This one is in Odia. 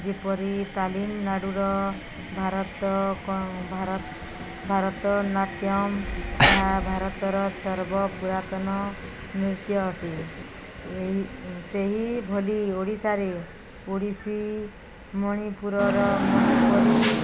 ଯେପରି ତାଲିମନାଡ଼ୁର ଭାରତର ଭାରତନାଟ୍ୟମ ଏହା ଭାରତର ସର୍ବପୁରାତନ ନୃତ୍ୟ ଅଟେ ସେହି ଭଳି ଓଡ଼ିଶାରେ ଓଡ଼ିଶୀ ମଣିପୁରର ମଣିପୁରି